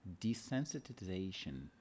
desensitization